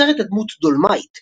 הוא יצר את הדמות "דולמייט",